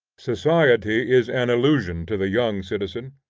society is an illusion to the young citizen.